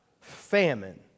famine